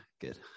good